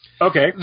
Okay